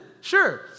Sure